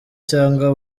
cyangwa